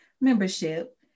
membership